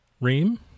Ream